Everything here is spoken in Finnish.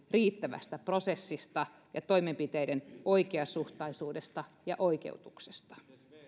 riittävästä prosessista ja toimenpiteiden oikeasuhtaisuudesta ja oikeutuksesta